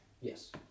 Yes